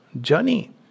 journey